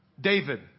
David